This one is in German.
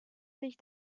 sich